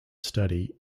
study